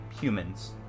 humans